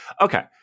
Okay